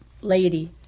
lady